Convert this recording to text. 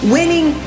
Winning